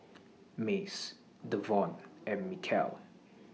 Mace Davon and Michaele